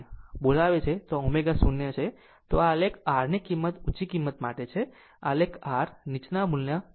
આમ જો આ બોલાવે છે જો આ ω0 છે તો આ આલેખ R ની ઉંચી કિંમત માટે છે અને આ આલેખ R નીચલા મૂલ્ય માટે છે